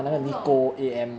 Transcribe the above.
我不懂